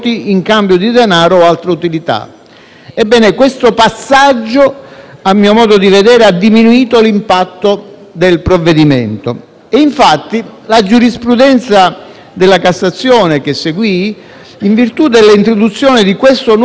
Ebbene, questo passaggio - a mio modo di vedere - ha diminuito l'impatto del provvedimento. Infatti, la giurisprudenza della Cassazione che seguì, in virtù dell'introduzione di questo nuovo elemento costitutivo, ha ritenuto